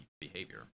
behavior